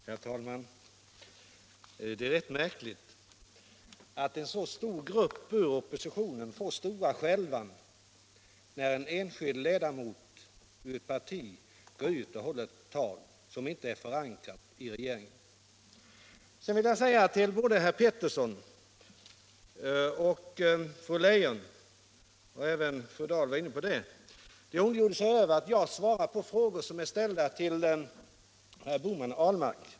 Herr talman! Det är rätt märkligt att en så stor grupp ur oppositionen får stora skälvan när en enskild ledamot i ett parti går ut och håller ett tal som inte är förankrat i regeringen. Herr Peterson i Nacka, fru Leijon och även fru Dahl ondgjorde sig 167 grammet för barnomsorgen över att jag svarat på frågor som är ställda till herrar Bohman och Ahlmark.